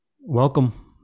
welcome